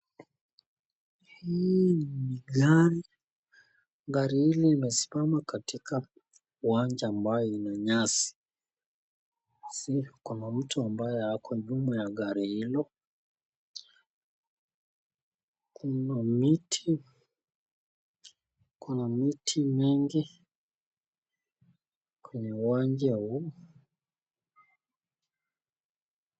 Hii ni gari. gari hili limesimama katika uwanja ambao uko na nyasi. Kuna mtu ambaye ako nyuma ya gari hilo. Kuna miti mingi kwenye uwanja huu.